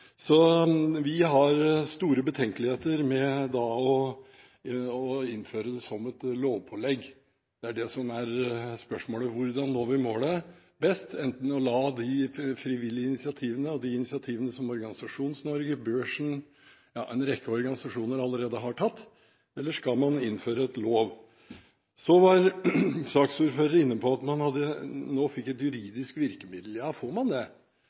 Vi har store betenkeligheter med å innføre det som et lovpålegg. Spørsmålet er: Hvordan når vi målet best? Enten ved de frivillige initiativene og de initiativene som Organisasjons-Norge, Børsen, ja, en rekke organisasjoner allerede har tatt, eller ved at man innfører en lov. Så var saksordføreren inne på at man nå fikk et juridisk virkemiddel. Får man det?